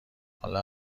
حالا